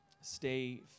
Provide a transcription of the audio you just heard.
stay